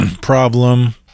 problem